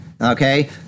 Okay